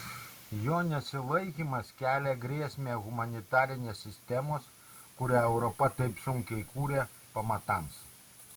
jo nesilaikymas kelia grėsmę humanitarinės sistemos kurią europa taip sunkiai kūrė pamatams